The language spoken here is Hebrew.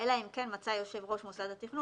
אלא אם כן מצא יושב-ראש מוסד התכנון